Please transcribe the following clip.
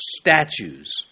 statues